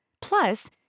Plus